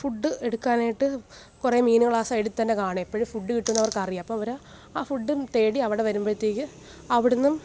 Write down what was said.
food എടുക്കാനായിട്ട് കൊറേ മീനുകൾ ആ സൈഡിൽത്തന്നെ കാണും എപ്പോഴും ഫുഡ് കിട്ടും എന്ന് അവർക്കറിയാം അപ്പോൾ അവർ ആ ഫുഡും തേടി അവിടെ വരുമ്പഴത്തേക്ക് അവിടെ ഒന്നും